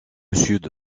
sud